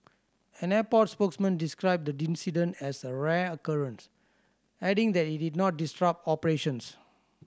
an airport spokesman described the incident as a rare occurrence adding that it did not disrupt operations